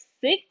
six